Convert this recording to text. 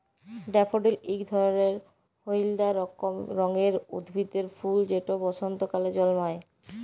daffodil ইক ধরলের হইলদা রঙের উদ্ভিদের ফুল যেট বসল্তকালে জল্মায়